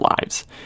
lives